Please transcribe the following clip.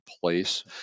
place